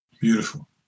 Beautiful